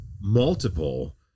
multiple